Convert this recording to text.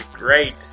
great